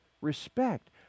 Respect